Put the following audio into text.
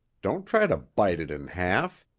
don't try to bite it in half.